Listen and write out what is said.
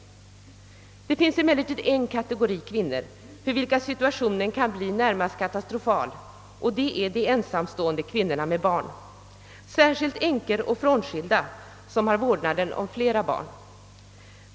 Det finns emellertid en kategori kvinnor för vilka situationen kan bli närmast katastrofal, och det är de ensamstående kvinnorna med barn, särskilt änkor och frånskilda som har vårdnaden om flera barn.